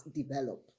develop